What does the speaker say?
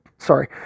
Sorry